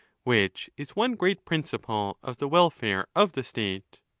which is one great principle of the welfare of the state.